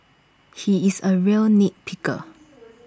he is A real nit picker